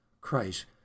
Christ